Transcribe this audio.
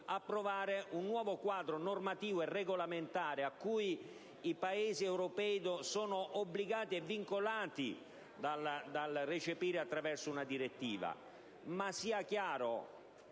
approvare un nuovo quadro normativo e regolamentare che i Paesi europei saranno obbligati a recepire attraverso una direttiva. Sia chiaro